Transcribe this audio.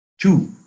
two